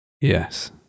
yes